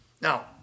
Now